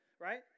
right